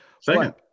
second